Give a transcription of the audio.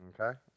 Okay